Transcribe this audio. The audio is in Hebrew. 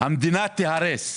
המדינה תיהרס.